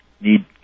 need